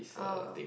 oh